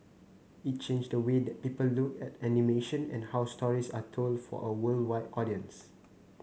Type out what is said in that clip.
it changed the way that people look at animation and how stories are told for a worldwide audience